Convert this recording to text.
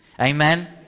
Amen